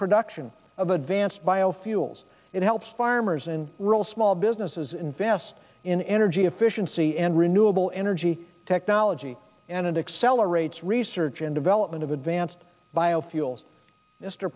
production of advanced biofuels it helps farmers in rural small businesses invest in energy efficiency and renewable energy technology and accelerates research and development of advanced biofuels mr